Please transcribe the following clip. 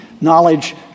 Knowledge